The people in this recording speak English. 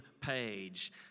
page